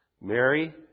Mary